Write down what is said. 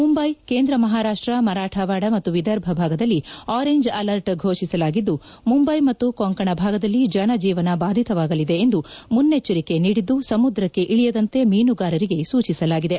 ಮುಂಬೈ ಕೇಂದ್ರ ಮಹಾರಾಷ್ಟ ಮರಾಠವಾಡ ಮತ್ತು ವಿದರ್ಭ ಭಾಗದಲ್ಲಿ ಆರೆಂಜ್ ಅಲರ್ಟ್ ಘೋಷಿಸಲಾಗಿದ್ದು ಮುಂಬೈ ಮತ್ತು ಕೊಂಕಣ ಭಾಗದಲ್ಲಿ ಜನಜೀವನ ಬಾಧಿತವಾಗಲಿದೆ ಎಂದು ಮುನ್ನೆಚ್ಚರಿಕೆ ನೀಡಿದ್ದು ಸಮುದ್ರಕ್ಕೆ ಇಳಿಯದಂತೆ ಮೀನುಗಾರರಿಗೆ ಸೂಚಿಸಲಾಗಿದೆ